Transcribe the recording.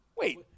Wait